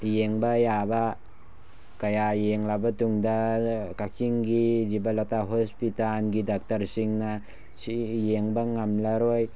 ꯌꯦꯡꯕ ꯌꯥꯕ ꯀꯌꯥ ꯌꯦꯡꯂꯕ ꯇꯨꯡꯗ ꯀꯛꯆꯤꯡꯒꯤ ꯖꯤꯚꯟꯂꯇꯥ ꯍꯣꯁꯄꯤꯇꯥꯜꯒꯤ ꯗꯥꯛꯇꯔꯁꯤꯡꯅ ꯁꯤꯗꯤ ꯌꯦꯡꯕ ꯉꯝꯂꯔꯣꯏ